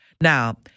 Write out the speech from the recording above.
Now